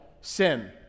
sin